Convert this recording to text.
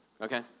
okay